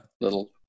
little